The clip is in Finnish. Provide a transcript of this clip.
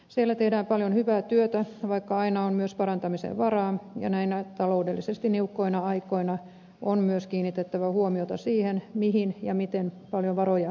siellä tehdään paljon hyvää työtä vaikka aina on myös parantamisen varaa ja näinä taloudellisesti niukkoina aikoina on myös kiinnitettävä huomiota siihen mihin ja miten paljon varoja kohdennetaan